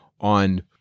on